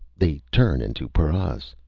they turn into paras.